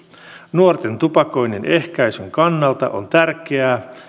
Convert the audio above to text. nuorten tupakoinnin ehkäisyn kannalta on tärkeää